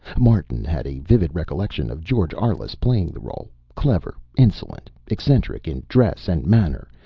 martin had a vivid recollection of george arliss playing the role. clever, insolent, eccentric in dress and manner,